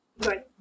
Good